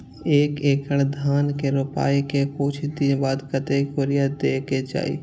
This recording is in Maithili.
एक एकड़ धान के रोपाई के कुछ दिन बाद कतेक यूरिया दे के चाही?